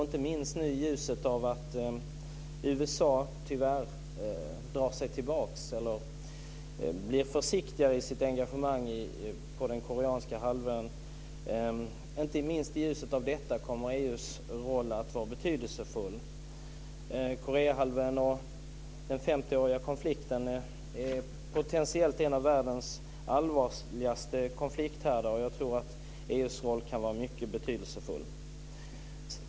Inte minst i ljuset av att USA tyvärr blir försiktigare i sitt engagemang på den koreanska halvön kommer EU:s roll att vara betydelsefull. Koreahalvön och den 50-åriga konflikten är potentiellt en av världens allvarligaste konflikthärdar, och jag tror att EU:s roll kan vara mycket betydelsefull.